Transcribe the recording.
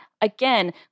again